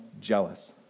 jealous